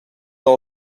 all